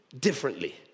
differently